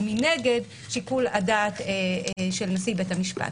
ומנגד שיקול הדעת של נשיא בית המשפט.